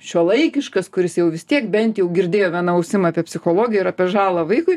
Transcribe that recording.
šiuolaikiškas kuris jau vis tiek bent jau girdėjo viena ausim apie psichologiją ir apie žalą vaikui